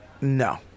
No